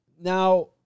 Now